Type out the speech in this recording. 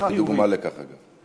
אני דוגמה לכך, אגב.